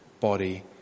body